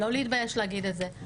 לא להתבייש להגיד את זה.